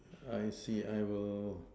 I see I will